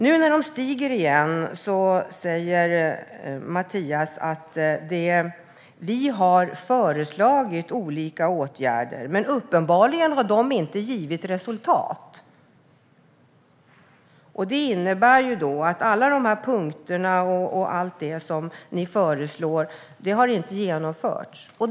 Nu när sjuktalen stiger igen säger Mathias Tegnér att regeringen har föreslagit olika åtgärder, men uppenbarligen har de inte givit resultat. Alla punkter som ni har föreslagit har inte genomförts.